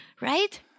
Right